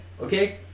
Okay